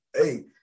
hey